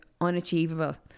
unachievable